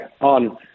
on